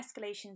escalations